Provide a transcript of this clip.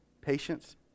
patience